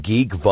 Geek